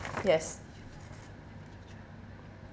yes